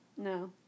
No